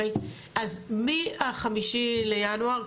מה-5 בינואר,